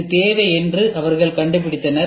இது தேவை என்று அவர்கள் கண்டுபிடித்தனர்